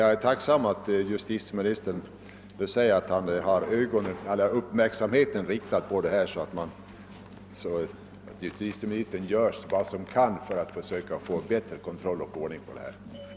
Jag är tacksam för att justitieministern har uppmärksamheten riktad på frågan och att han gör vad han kan för att skapa bättre kontroll och en bättre ordning när det gäller dessa utlänningar.